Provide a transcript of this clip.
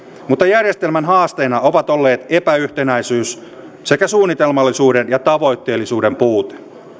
mutta järjestelmän haasteena ovat olleet epäyhtenäisyys sekä suunnitelmallisuuden ja tavoitteellisuuden puute